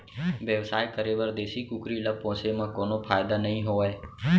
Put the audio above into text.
बेवसाय करे बर देसी कुकरी ल पोसे म कोनो फायदा नइ होवय